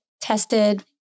tested